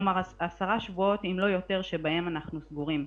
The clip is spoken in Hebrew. כלומר, עשרה שבועות אם לא יותר שבהם אנחנו סגורים.